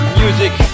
music